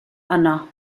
anna